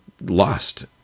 lost